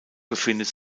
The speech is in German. befindet